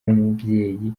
nk’umubyeyi